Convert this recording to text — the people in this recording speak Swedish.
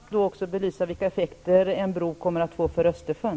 Herr talman! Kommer man då också att belysa vilka effekter en bro kan få för Östersjön?